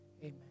Amen